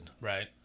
Right